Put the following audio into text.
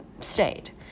state